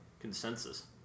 Consensus